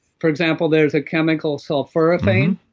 for example, there's a chemical sulforaphane,